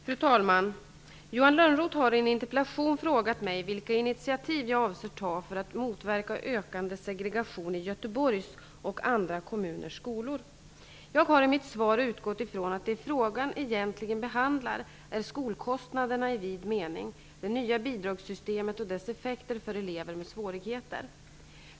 Fru talman! Johan Lönnroth har i en interpellation frågat mig vilka initiativ jag avser att ta för att motverka ökande segregation i Göteborgs och andra kommuners skolor. Jag har i mitt svar utgått ifrån att det frågan egentligen behandlar är skolkostnaderna i vid mening, det nya bidragssystemet och dess effekter för elever med svårigheter.